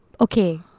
Okay